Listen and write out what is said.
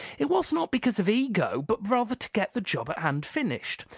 it was not because of ego but rather to get the job at hand finished.